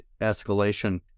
escalation